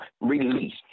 release